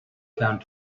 found